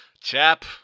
Chap